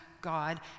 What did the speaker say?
God